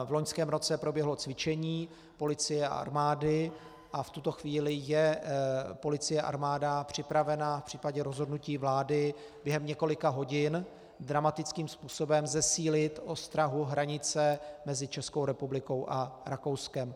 V loňském roce proběhlo cvičení policie a armády a v tuto chvíli je policie a armáda připravena v případě rozhodnutí vlády během několika hodin dramatickým způsobem zesílit ostrahu hranice mezi Českou republikou a Rakouskem.